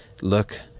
look